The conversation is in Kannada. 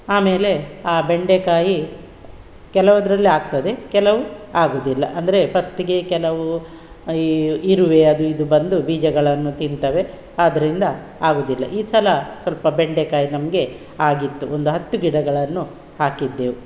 ಆಮೇಲೆ ಆ ಬೆಂಡೆಕಾಯಿ ಕೆಲವುದರಲ್ಲಿ ಆಗ್ತದೆ ಕೆಲವು ಆಗುವುದಿಲ್ಲ ಅಂದರೆ ಫಸ್ಟ್ಗೆ ಕೆಲವು ಈ ಇರುವೆ ಅದು ಇದು ಬಂದು ಬೀಜಗಳನ್ನು ತಿಂತವೆ ಆದ್ದರಿಂದ ಆಗೋದಿಲ್ಲ ಈ ಸಲ ಸ್ವಲ್ಪ ಬೆಂಡೆಕಾಯಿ ನಮಗೆ ಆಗಿತ್ತು ಒಂದು ಹತ್ತು ಗಿಡಗಳನ್ನು ಹಾಕಿದ್ದೆವು